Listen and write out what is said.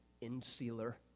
insular